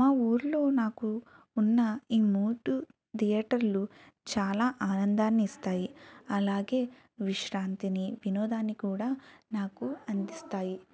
మా ఊళ్ళో నాకు ఉన్న ఈ మూ టు థియేటర్లూ చాలా ఆనందాన్నిస్తాయి అలాగే విశ్రాంతినీ వినోదాన్ని కూడా నాకు అందిస్తాయి